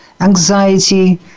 anxiety